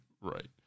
right